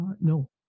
No